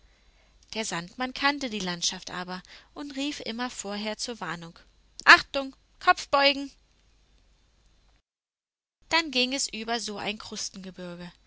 der sandmann kannte die landschaft aber und rief immer vorher zur warnung achtung kopf beugen dann ging es über so ein